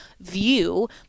view